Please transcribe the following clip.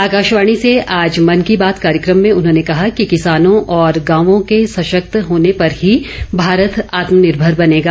आकाशवाणी से आज मन की बात कार्यक्रम में उन्होंने कहा कि किसानों और गांवों के सशक्त होने पर ही भारत आत्मनिर्भर बनेगा